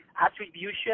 attribution